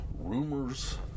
rumors